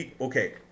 Okay